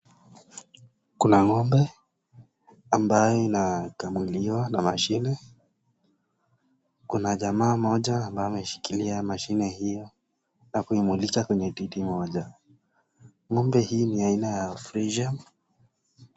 Kuna ng'ombe ambayo inakamuliwa kwa mashine. Kuna jamaa mmoja ambaye ameshikilia mashine hio na kuimulika kwenye titi moja. Ng'ombe hii ni ya aina ta friesian.